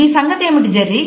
నీ సంగతి ఏమిటి జెర్రీ